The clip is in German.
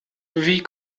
wie